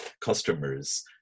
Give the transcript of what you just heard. customers